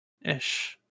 Ish